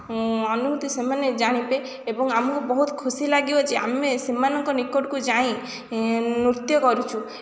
ଅନୁଭୂତି ସେମାନେ ଜାଣିବେ ଏବଂ ଆମକୁ ବହୁତ୍ ଖୁସି ଲାଗିବ ଯେ ଆମେ ସେମାନଙ୍କ ନିକଟକୁ ଯାଇ ନୃତ୍ୟ କରୁଛୁ